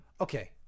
Okay